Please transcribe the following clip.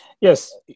yes